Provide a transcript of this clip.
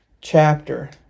chapter